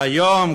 והיום,